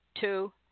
two